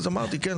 אז אמרתי שכן,